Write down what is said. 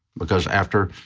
because after,